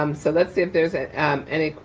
um so let's see if there's any,